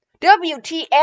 WTF